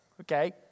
Okay